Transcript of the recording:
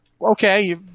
Okay